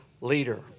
leader